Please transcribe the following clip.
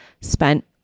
spent